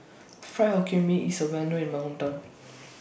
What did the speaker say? Fried Hokkien Mee IS Well known in My Hometown